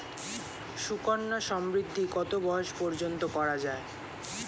সুকন্যা সমৃদ্ধী কত বয়স পর্যন্ত করা যায়?